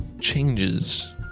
changes